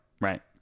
right